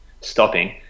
stopping